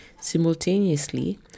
Simultaneously